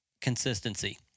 consistency